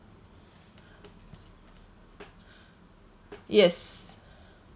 yes